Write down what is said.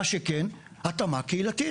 מה שכן, התאמה קהילתית